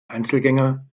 einzelgänger